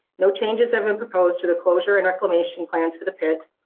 no changes have been proposed to the closure and reclamation plants for the pit.